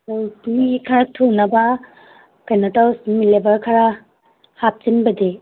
ꯑꯧ ꯃꯤ ꯈꯔ ꯊꯨꯅꯕ ꯀꯩꯅꯣ ꯇꯧꯔꯁꯤ ꯂꯦꯕꯔ ꯈꯔ ꯍꯥꯞꯆꯤꯟꯕꯗꯤ